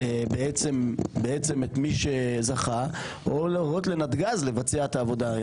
בעצם את מי שזכה או להורות לנתגז לבצע את העבודה,